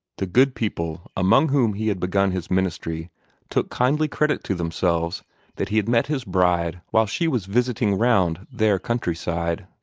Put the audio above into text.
the good people among whom he had begun his ministry took kindly credit to themselves that he had met his bride while she was visiting round their countryside.